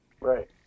Right